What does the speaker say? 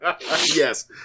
Yes